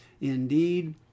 Indeed